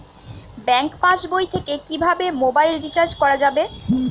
Bank পাশবই থেকে কিভাবে মোবাইল রিচার্জ করা যাবে?